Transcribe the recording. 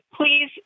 please